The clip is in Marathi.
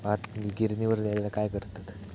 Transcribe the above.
भात गिर्निवर नेल्यार काय करतत?